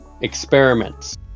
experiments